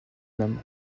nam